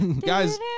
guys